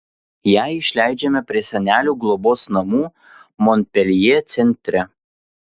ją išleidžiame prie senelių globos namų monpeljė centre